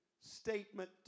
statement